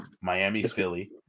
Miami-Philly